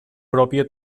pròpia